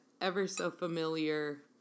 ever-so-familiar